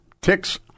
ticks